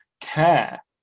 care